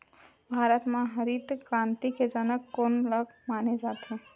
भारत मा हरित क्रांति के जनक कोन ला माने जाथे?